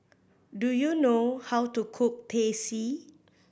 do you know how to cook Teh C